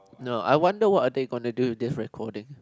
no I wonder what are they gonna do with this recording